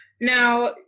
Now